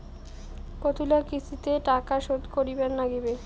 কতোলা কিস্তিতে টাকা শোধ করিবার নাগীবে?